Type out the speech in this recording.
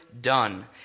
done